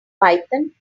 python